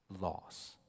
loss